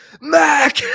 mac